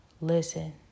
listen